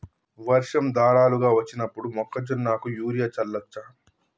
వర్షం ధారలుగా వచ్చినప్పుడు మొక్కజొన్న కు యూరియా చల్లచ్చా?